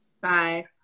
bye